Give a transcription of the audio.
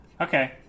Okay